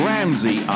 Ramsey